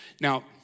Now